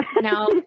Now